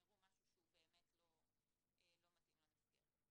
יראו משהו שהוא באמת לא מתאים למסגרת.